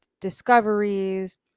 discoveries